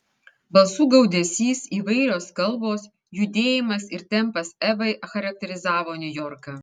balsų gaudesys įvairios kalbos judėjimas ir tempas evai charakterizavo niujorką